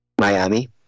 Miami